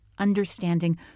understanding